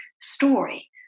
story